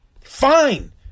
fine